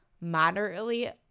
moderately